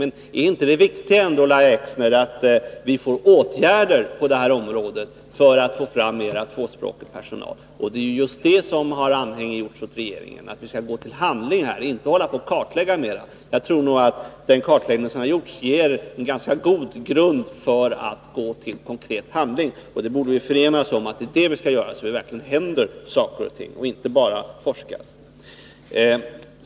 Det viktiga är väl ändå, Lahja Exner, att det vidtas åtgärder på det här området för att få fram mera tvåspråkig personal. Det är just det som har anhängiggjorts hos regeringen, att vi skall gå till handling och inte hålla på och kartlägga mer. Jag tror att den kartläggning som har gjorts ger en ganska god grund för konkret handling, och vi borde förena oss i att se till att det verkligen händer saker och ting, inte bara forskas.